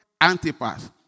Antipas